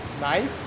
Nice